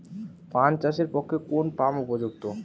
পান চাষের পক্ষে কোন পাম্প উপযুক্ত?